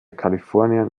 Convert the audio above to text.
kalifornien